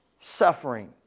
suffering